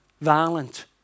violent